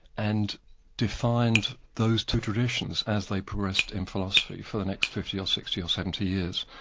and defined those two traditions as they progressed in philosophy for the next fifty or sixty or seventy years.